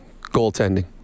goaltending